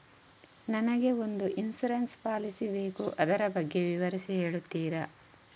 ನನಗೆ ಒಂದು insurance policy ಬೇಕು ಅದರ ಬಗ್ಗೆ ವಿವರಿಸಿ ಹೇಳುತ್ತೀರಾ?